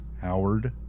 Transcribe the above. Howard